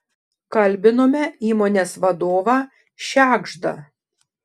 kalbinome įmonės vadovą šegždą